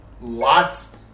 lots